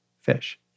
fish